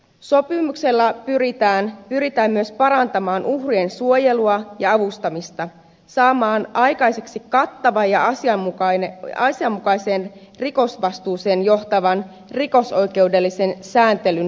sopimuksella pyritään myös parantamaan uhrien suojelua ja avustamista saamaan aikaiseksi kattava ja asianmukaiseen rikosvastuuseen johtavan rikosoikeudellisen sääntelyn parantaminen